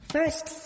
First